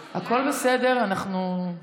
חברי הכנסת אורלי פרומן, ניצן הורוביץ,